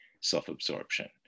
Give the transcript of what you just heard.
self-absorption